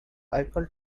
eiffel